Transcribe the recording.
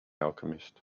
alchemist